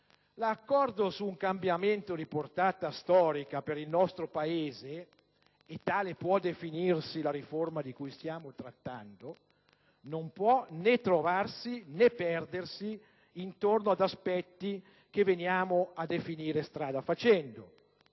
L'accordo su un cambiamento di portata storica per il nostro Paese - e tale può definirsi la riforma di cui stiamo trattando - non può né trovarsi, né perdersi intorno ad aspetti che veniamo a definire strada facendo: